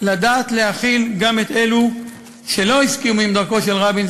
לדעת להכיל גם את אלו שלא הסכימו עם דרכו של רבין,